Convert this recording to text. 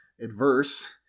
adverse